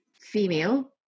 female